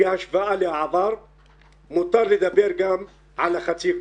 בהשוואה לעבר מותר לדבר גם על חצי הכוס.